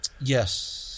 Yes